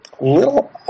little